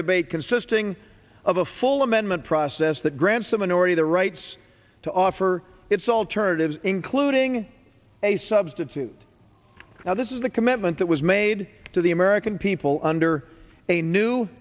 debate consisting of a full amendment process that grants the minority the rights to offer its alternatives including a substitute now this is a commitment that was made to the american people under a new